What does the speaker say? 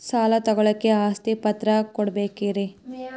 ಸಾಲ ತೋಳಕ್ಕೆ ಆಸ್ತಿ ಪತ್ರ ಕೊಡಬೇಕರಿ?